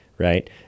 right